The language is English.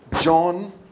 John